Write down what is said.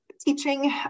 teaching